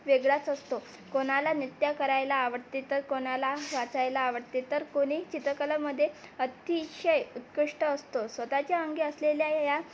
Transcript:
वेगळाच असतो कोणाला नृत्य करायला आवडते तर कोणाला वाचायला आवडते तर कोणी चित्रकलामध्ये अतिशय उत्कृष्ट असतो स्वतःच्या अंगी असलेल्या या